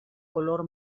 color